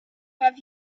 have